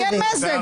לי אין מזג.